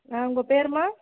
ஆ உங்கள் பேருமா